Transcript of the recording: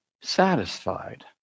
satisfied